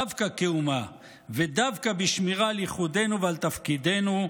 דווקא כאומה ודווקא בשמירה על ייחודנו ועל תפקידנו,